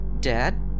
Dad